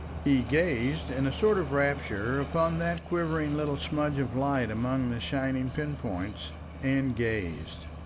he gazed in a sort of rapture upon that quivering little smudge of light among the shining pin-points and gazed.